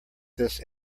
this